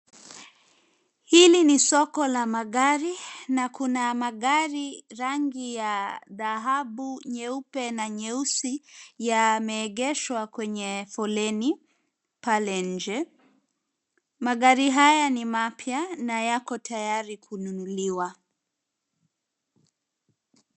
Hili ni soko la magari na kuna magari rangi ya dhahabu, nyeupe na nyeusi yameegeshwa kwenye foleni pale nje. Magari haya ni mapya na yako tayari kununuliwa.